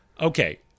Okay